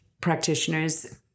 practitioners